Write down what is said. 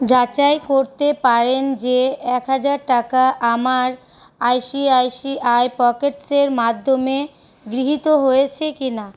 যাচাই করতে পারেন যে এক হাজার টাকা আমার আইসিআইসিআই পকেটসের মাধ্যমে গৃহীত হয়েছে কি না